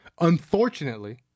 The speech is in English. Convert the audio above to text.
Unfortunately